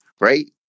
right